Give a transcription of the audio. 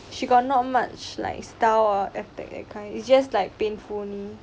she got not much like spell or attack that kind it's just like painful only